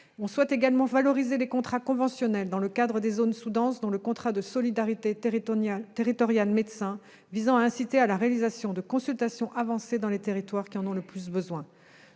souhaitons également valoriser les contrats conventionnels dans le cadre des zones sous-denses, dont le contrat de solidarité territoriale médecin, visant à inciter à la réalisation de consultations avancées dans les territoires qui en ont le plus besoin.